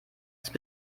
ist